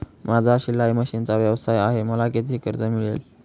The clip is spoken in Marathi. माझा शिलाई मशिनचा व्यवसाय आहे मला किती कर्ज मिळेल?